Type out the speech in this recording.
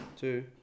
Two